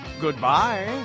Goodbye